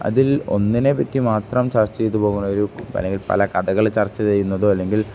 അതിൽ ഒന്നിനെ പറ്റി മാത്രം ചർച്ച ചെയ്തു പോകുന്ന ഒരു അല്ലെങ്കിൽ പല കഥകൾ ചർച്ച ചെയ്യുന്നതോ അല്ലെങ്കിൽ